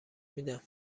میدم